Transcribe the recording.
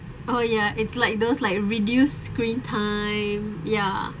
oh ya it's like those like reduced screen time ya